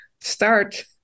start